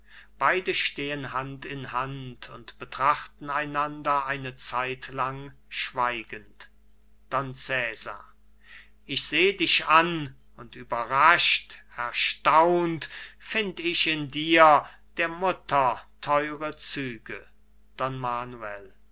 beide stehen hand in hand und betrachten einander eine zeitlang schweigend don cesar ich seh dich an und überrascht erstaunt find ich in dir der mutter theure züge